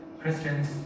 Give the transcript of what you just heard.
Christians